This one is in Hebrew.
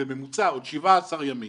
בממוצע הוא 17 ימים,